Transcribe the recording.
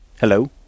Hello